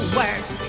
words